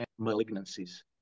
malignancies